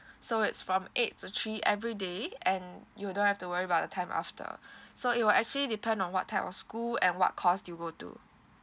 so it's from eight to three everyday and you don't have to worry about the time after so it will actually depend on what type of school and what course you go to